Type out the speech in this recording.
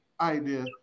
idea